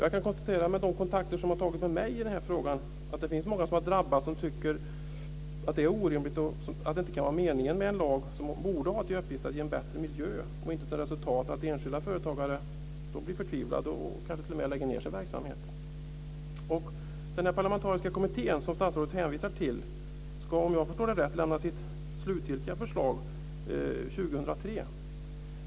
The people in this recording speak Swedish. Jag kan konstatera med de kontakter som har tagits med mig i den här frågan att det finns många som har drabbats och som tycker att det är orimligt, att det inte kan vara meningen med en lag som borde ha till uppgift att ge en bättre miljö, att lagen får till resultat att företagare blir förtvivlade och kanske t.o.m. lägger ned sin verksamhet. Den parlamentariska kommitté som statsrådet hänvisar till ska, om jag förstått det rätt, lämna sitt slutgiltiga förslag 2003.